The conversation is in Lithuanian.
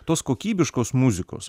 tos kokybiškos muzikos